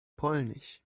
polnisch